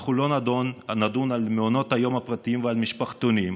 אנחנו לא נדון על מעונות היום הפרטיים ועל המשפחתונים,